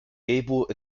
gable